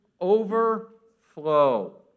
overflow